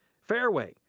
fareway,